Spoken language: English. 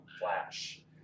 flash